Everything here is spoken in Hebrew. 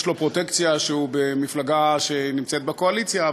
יש לו פרוטקציה שהוא במפלגה שנמצאת בקואליציה,